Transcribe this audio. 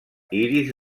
iris